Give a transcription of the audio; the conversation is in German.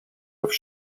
auf